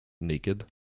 naked